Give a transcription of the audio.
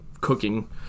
cooking